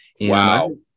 Wow